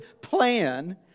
plan